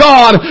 God